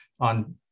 on